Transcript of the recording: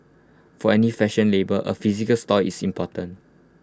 for any fashion label A physical store is important